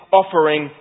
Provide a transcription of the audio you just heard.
offering